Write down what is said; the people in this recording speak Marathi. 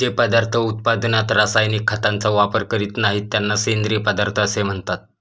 जे पदार्थ उत्पादनात रासायनिक खतांचा वापर करीत नाहीत, त्यांना सेंद्रिय पदार्थ असे म्हणतात